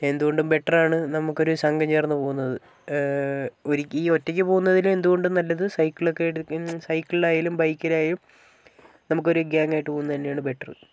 എന്തുകൊണ്ടും ബെറ്റർ ആണ് നമുക്ക് ഒരു സംഘം ചേർന്ന് പോകുന്നത് ഈ ഒറ്റയ്ക്ക് പോകുന്നതിലും എന്തുകൊണ്ടും നല്ലത് സൈക്കിളൊക്കെ എടുത്ത് സൈക്കിളിൽ ആയാലും ബൈക്കിൽ ആയാലും നമുക്ക് ഒരു ഗ്യാങ്ങ് ആയിട്ട് പോകുന്നത് തന്നെയാണ് ബെറ്റർ